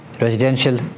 residential